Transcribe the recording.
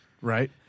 right